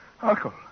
Uncle